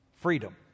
freedom